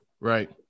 Right